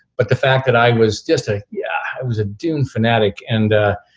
but the fact that i was just a yeah it was a dune fanatic and,